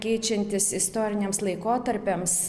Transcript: keičiantis istoriniams laikotarpiams